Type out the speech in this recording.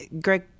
Greg